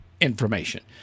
information